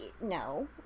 No